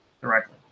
directly